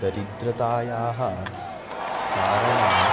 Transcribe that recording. दरिद्रतायाः कारणात्